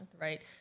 right